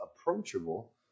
approachable